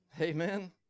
Amen